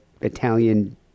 Italian